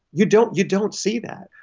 you don't you don't see that.